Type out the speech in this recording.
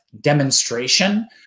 demonstration